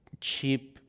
cheap